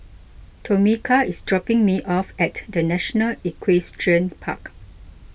Tomika is dropping me off at the National Equestrian Park